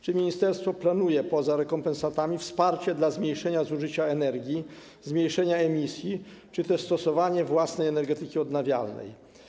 Czy ministerstwo planuje poza rekompensatami wsparcie dla zmniejszenia zużycia energii, zmniejszenia emisji czy też stosowanie własnej energetyki odnawialnej?